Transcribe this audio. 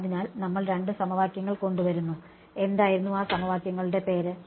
അതിനാൽ നമ്മൾ രണ്ടു സമവാക്യങ്ങൾ കൊണ്ടുവരുന്നു എന്തായിരുന്നു ആ സമവാക്യങ്ങളുടെ പേര്